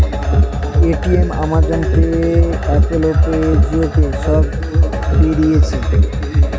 Paytm, Amazon Pay, Apple Pay, Jio Pay সব বেরিয়েছে